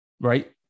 Right